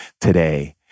today